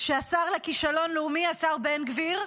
שהשר לכישלון לאומי, השר בן גביר,